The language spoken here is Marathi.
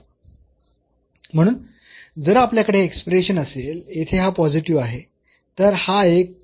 म्हणून जर आपल्याकडे हे एक्सप्रेशन असेल येथे हा पॉझिटिव्ह आहे तर हा एक काटेकोरपणे पॉझिटिव्ह आहे